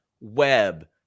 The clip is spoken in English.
web